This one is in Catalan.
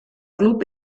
club